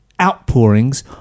outpourings